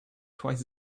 twice